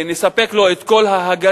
נספק לו את כל ההגנה,